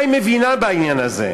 מה היא מבינה בעניין הזה?